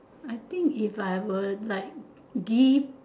I think if I were like give